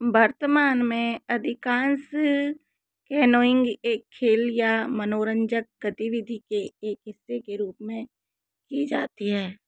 वर्तमान में अधिकांश कैनोइंग एक खेल या मनोरंजक गतिविधि के एक हिस्से के रूप में की जाती है